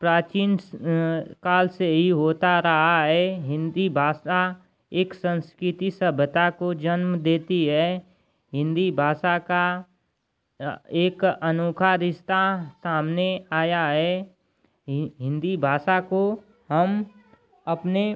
प्राचीन काल से ही होता रहा है हिन्दी भाषा एक सँस्कृति सभ्यता को जन्म देती है हिन्दी भाषा का एक अनोखा रिश्ता सामने आया है हिन्दी भाषा को हम अपने